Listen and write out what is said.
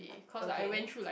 okay